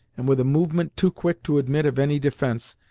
and, with a movement too quick to admit of any defence,